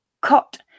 cot